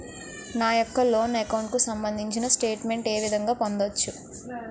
నా యెక్క loan account కు సంబందించిన స్టేట్ మెంట్ ఏ విధంగా పొందవచ్చు?